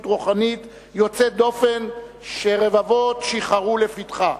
רוחנית יוצאת דופן שרבבות שיחרו לפתחה.